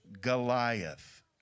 Goliath